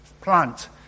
plant